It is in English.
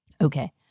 Okay